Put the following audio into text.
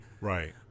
Right